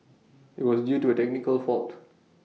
IT was due to A technical fault